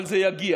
אבל זה יגיע.